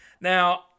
now